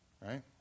right